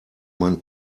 man